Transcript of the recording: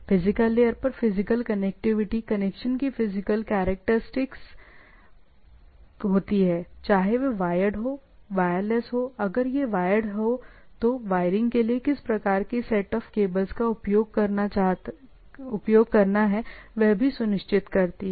physical layer पर physical connectivity connection की physical characteristics होती हैं चाहे वह वायर्ड हो वायरलेस हो अगर यह वायर्ड हो तो वायरिंग के लिए किस प्रकार की सेट ऑफ केबल का उपयोग करना है वह भी सुनिश्चित करती है